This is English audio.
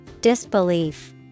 Disbelief